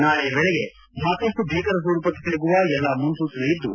ನಾಳೆಯ ವೇಳೆಗೆ ಮತ್ತಷ್ಟು ಭೀಕರ ಸ್ವರೂಪಕ್ಕೆ ತಿರುಗುವ ಎಲ್ಲಾ ಮುನ್ಗೂಚನೆ ಇದ್ದು